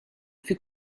fut